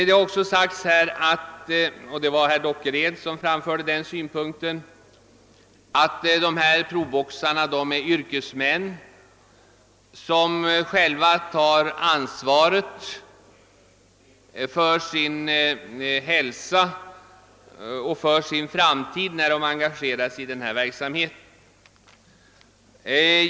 Proboxarna är yrkesmän, sade herr Dockered också, som själva tar ansvaret för sin hälsa och framtid när de engagerar sig i denna verksamhet.